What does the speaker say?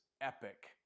epic